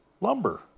lumber